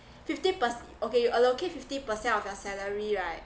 fifty pers~ okay you allocate fifty percent of your salary right